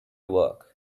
work